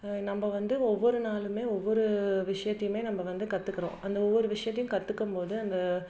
நம்ம வந்து ஒவ்வொரு நாளும் ஒவ்வொரு விஷயத்தையுமே நம்ம வந்து கற்றுக்குறோம் அந்த ஒவ்வொரு விஷயத்தையும் கற்றுக்கம் போது அந்த